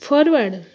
forward